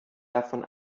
davon